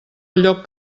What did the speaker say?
lloc